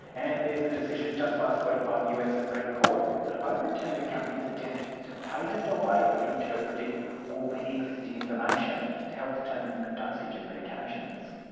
and there's a decision, just last week, by the us supreme court, that overturned a company's attempt to patent a way of interpreting already existing information to help determine a dosage of medications,